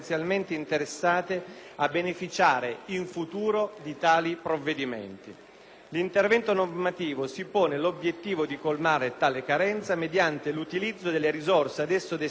L'intervento normativo si pone l'obiettivo di colmare tale carenza mediante l'utilizzo delle risorse ad esso destinate ai sensi di quanto previsto dalla legge n.